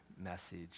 message